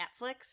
Netflix –